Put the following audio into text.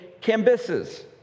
Cambyses